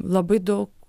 labai daug